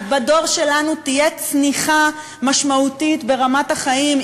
בדור שלנו תהיה צניחה משמעותית ברמת החיים.